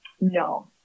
No